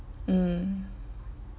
mm